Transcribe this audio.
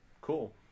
Cool